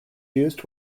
used